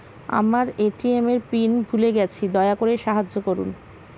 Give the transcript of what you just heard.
আমার এ.টি.এম এর পিন ভুলে গেছি, দয়া করে সাহায্য করুন